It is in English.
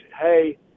hey